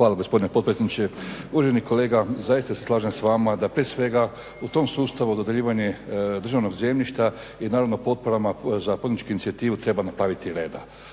Hvala gospodine potpredsjedniče. Uvaženi kolega zaista se slažem s vama da prije svega u tom sustavu dodjeljivanje državnog zemljišta je naravno potporama za poduzetničku inicijativu treba napraviti reda.